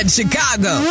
Chicago